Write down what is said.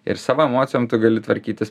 ir savo emocijom tu gali tvarkytis